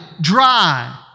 dry